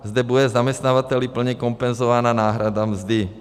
Zde bude zaměstnavateli plně kompenzována náhrada mzdy.